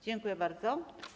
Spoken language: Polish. Dziękuję bardzo.